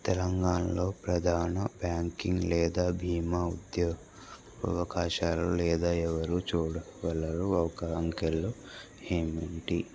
తెలంగాణలో ప్రధాన బ్యాంకింగ్ లేదా బీమా ఉద్యోగ అవకాశాలు లేదా ఎవరు చూడగలరు ఒక అంకెలో ఏమిటి